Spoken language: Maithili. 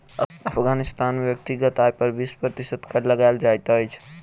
अफ़ग़ानिस्तान में व्यक्तिगत आय पर बीस प्रतिशत कर लगायल जाइत अछि